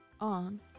on